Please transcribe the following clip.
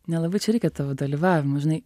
nelabai čia reikia tavo dalyvavimo žinai